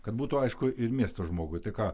kad būtų aišku ir miesto žmogui tai ką